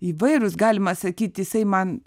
įvairūs galima sakyt jisai man